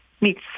meets